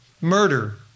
murder